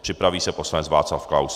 Připraví se poslanec Václav Klaus.